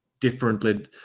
differently